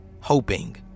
hoping